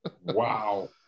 Wow